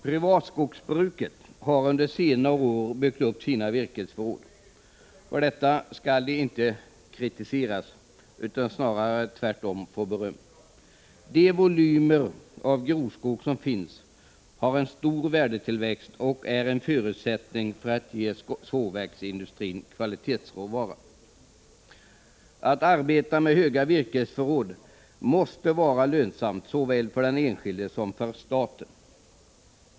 Privatskogsbruket har under senare år byggt upp sina virkesförråd. För detta skall de privata skogsägarna inte kritiseras, utan tvärtom snarare få beröm. De volymer av grovskog som finns har en stor värdetillväxt och är en förutsättning för att sågverksindustrin skall kunna ges kvalitetsråvara. Att arbeta med stora virkesförråd måste vara lönsamt såväl för den enskilde som för staten.